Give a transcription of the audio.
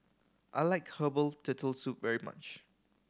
I like herbal Turtle Soup very much